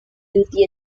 duty